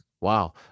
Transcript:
Wow